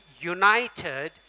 united